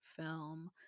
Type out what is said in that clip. film